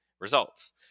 results